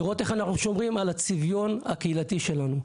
לראות איך אנחנו שומרים על הצביון הקהילתי שלנו,